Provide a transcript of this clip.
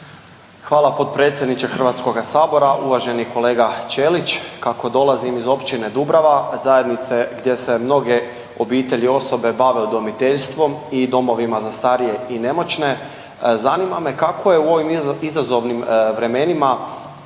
Hvala potpredsjedniče HS-a. Uvaženi kolega Ćelić. Kako dolazim iz Općine Dubrava, zajednice gdje se mnoge obitelji i osobe bave udomiteljstvo i domovima za starije i nemoćne, zanima me kako je u ovim izazovnim vremenima